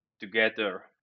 together